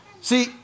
See